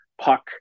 puck